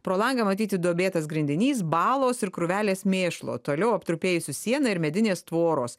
pro langą matyti duobėtas grindinys balos ir krūvelės mėšlo toliau aptrupėjusi siena ir medinės tvoros